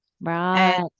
Right